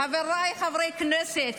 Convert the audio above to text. חבריי חברי הכנסת,